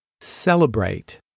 celebrate